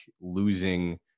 losing